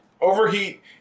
Overheat